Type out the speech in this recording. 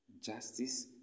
justice